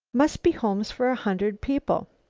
must be homes for a hundred people!